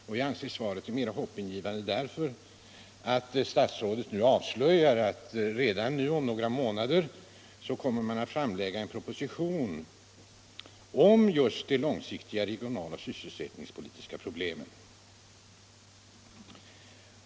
Jag anser att svaret är mer hoppingivande därför att statsrådet nu avslöjar att regeringen redan om några månader kommer att framlägga en proposition om just de långsiktiga regional och sysselsättningspolitiska problemen.